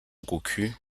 cocu